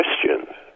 Christians